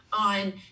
on